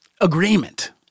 agreement